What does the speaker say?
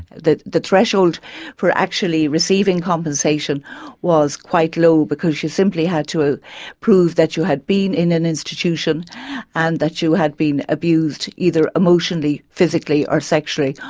the threshold for actually receiving compensation was quite low because you simply had to prove that you had been in an institution and that you had been abused either emotionally, physically or sexually,